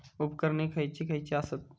उपकरणे खैयची खैयची आसत?